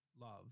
love